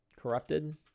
Corrupted